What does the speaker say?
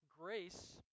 grace